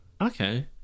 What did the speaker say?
okay